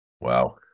Wow